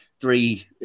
three